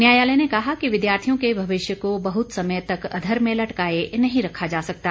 न्यायालय ने कहा कि विद्यार्थियों के भविष्य को बहुत समय तक अधर में लटकाए नहीं रखा जा सकता